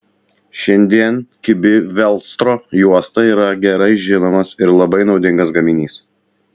šiandien kibi velcro juosta yra gerai žinomas ir labai naudingas gaminys